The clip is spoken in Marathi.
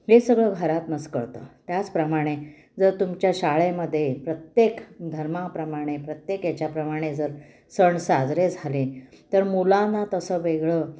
हे सगळं घरातूनच कळतं त्याचप्रमाणे जर तुमच्या शाळेमध्ये प्रत्येक धर्माप्रमाणे प्रत्येक याच्याप्रमाणे जर सण साजरे झाले तर मुलांना तसं वेगळं